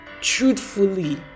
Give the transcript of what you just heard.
Truthfully